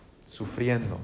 Sufriendo